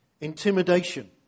Intimidation